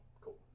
Cool